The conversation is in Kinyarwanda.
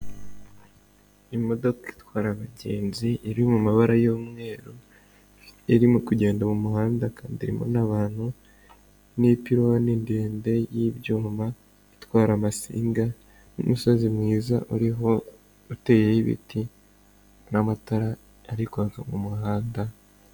Imodoka itwara abagenzi iri mu mabara y'umweru, irimo kugenda mu muhanda kandi irimo n'abantu n'ipironi ndende y'ibyuma itwara amasinga, n'umusozi mwiza uriho utayeho ibiti n'amatara ari kwaka mu muhanda.